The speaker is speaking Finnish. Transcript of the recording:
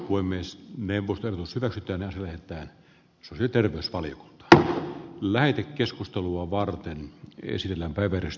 voi myös neuvotella sitä kytönen löytää selitellä spalin b lähetekeskustelua varten hetkellä tapahtuu